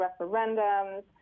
referendums